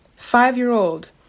five-year-old